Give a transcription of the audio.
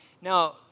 Now